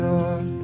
Lord